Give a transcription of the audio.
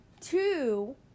Two